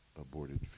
aborted